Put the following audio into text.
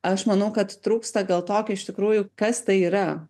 aš manau kad trūksta gal tokio iš tikrųjų kas tai yra